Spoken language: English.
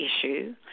issue